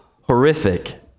horrific